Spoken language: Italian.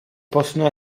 possono